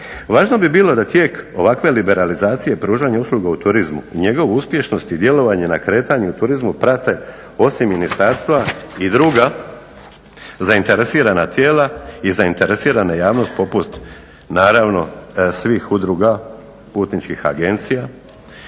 Važno bi bilo da tijek ovakve liberalizacije, pružanja usluga u turizmu i njegove uspješnosti i djelovanja na kretanje u turizmu prate osim Ministarstva i druga zainteresirana tijela i zainteresirana javnost poput naravno svih udruga, putničkih agencija,